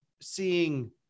seeing